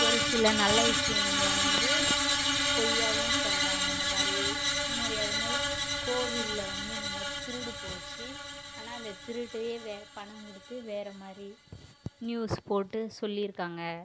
ஒரு சில நல்ல விஷயங்களை வந்து பொய்யாகவும் சொல்கிறாங்க இந்தமாதிரி இந்தமாதிரி அதுமாதிரி கோவிலில் வந்து இந்த மாதிரி திருடுப்போச்சி ஆனால் அந்த திருட்டயவே பணம் கொடுத்து வேற மாதிரி நியூஸ் போட்டு சொல்லியிருக்காங்க